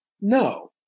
No